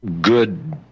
good